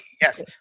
yes